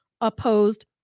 opposed